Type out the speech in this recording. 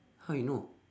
how you know